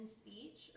speech